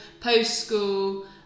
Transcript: post-school